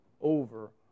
over